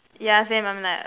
yeah same I'm like